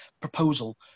proposal